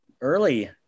early